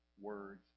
words